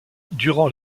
durant